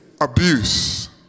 Abuse